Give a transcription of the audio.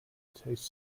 taste